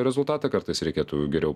rezultatą kartais reikėtų geriau